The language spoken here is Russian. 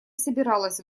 собиралась